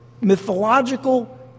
mythological